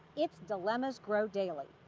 its dilemmas grow daily.